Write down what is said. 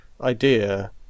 idea